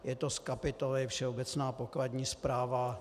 Je to z kapitoly Všeobecná pokladní správa.